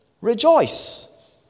Rejoice